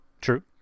True